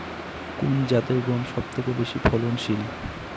কোন জাতের গম সবথেকে বেশি ফলনশীল?